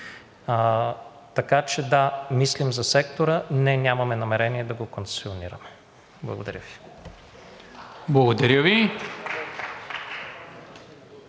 Така че, да, мислим за сектора. Не, нямаме намерение да го концесионираме. Благодаря Ви. (Единични